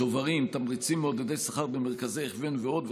שוברים, תמריצים מעודדי שכר במכרזי הכוון ועוד.